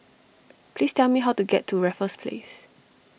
please tell me how to get to Raffles Place